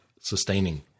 sustaining